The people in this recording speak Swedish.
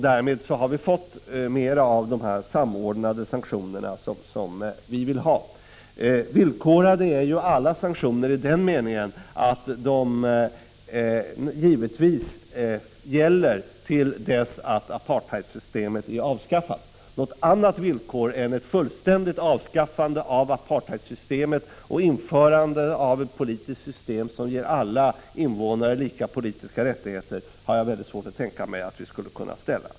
Därmed har vi fått se mera av de samordnade sanktioner som vi vill ha. Villkorade är givetvis alla sanktioner, i den meningen att de gäller till dess att apartheidsystemet är avskaffat. Något annat villkor än ett fullständigt avskaffande av apartheidsystemet och införande av ett politiskt system som ger alla invånare lika politiska rättigheter har jag svårt att tänka mig att vi skulle kunna ställa.